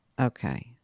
Okay